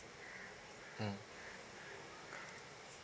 mm